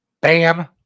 Bam